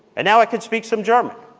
and now i could speak some german.